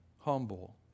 humble